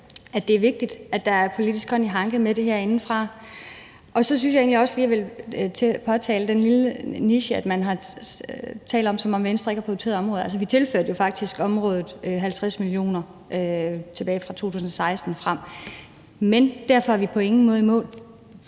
at det er vigtigt, at der er politisk hånd i hanke med det herindefra. Så synes jeg egentlig også, at jeg lige ville påtale den lille detalje, at man taler om det, som om Venstre ikke har prioriteret området. Altså, vi tilførte jo faktisk området 50 mio. kr. tilbage fra 2016 og frem. Men derfor er vi på ingen måde i mål,